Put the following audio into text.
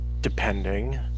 depending